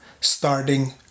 starting